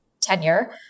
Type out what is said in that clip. tenure